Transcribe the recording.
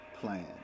plan